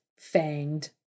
fanged